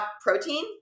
protein